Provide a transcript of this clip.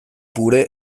pure